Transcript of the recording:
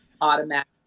automatic